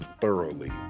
thoroughly